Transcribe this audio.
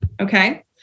Okay